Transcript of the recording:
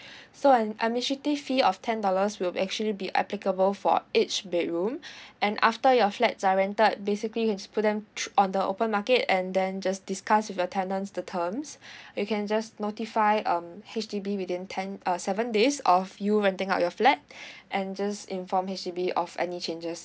so an administrative fee of ten dollars will actually be applicable for each bedroom and after your flats are rented basically you can put them through on the open market and then just discuss with your tenants the terms you can just notify um H_D_B within ten uh seven days of you renting out your flat and just inform H_D_B of any changes